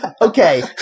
Okay